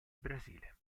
brasile